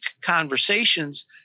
conversations